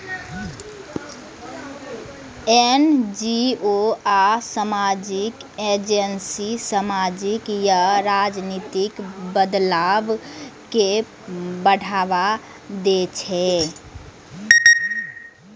NGO आ सामाजिक agency सामाजिक या राजनीतिक बदलाव कें बढ़ावा दै छै